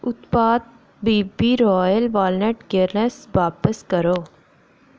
उत्पाद B B royal wallet care बापस करो